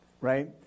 right